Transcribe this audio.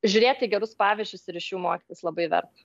žiūrėti gerus pavyzdžius ir iš jų mokytis labai verta